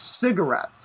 cigarettes